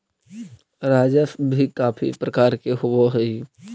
राजस्व भी काफी प्रकार के होवअ हई